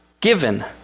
given